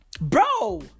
bro